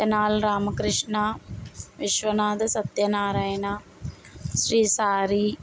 Tenali Ramakrishna Viswanatha Satyanarayana Sri సారి